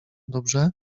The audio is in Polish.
dobrze